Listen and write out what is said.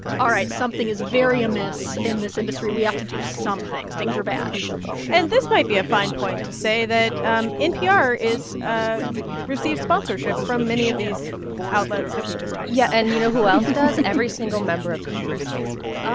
all right, something is very amiss in this industry. we have to do something. things are bad and this might be a fine point to say, that um npr is ah receives sponsorship from many of these outlets that we just talked about yeah, and you know who else does? every single member of congress, basically.